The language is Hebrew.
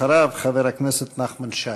אחריו, חבר הכנסת נחמן שי.